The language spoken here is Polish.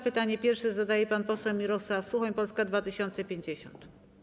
Pytanie pierwsze zadaje pan poseł Mirosław Suchoń, Polska 2050.